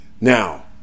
Now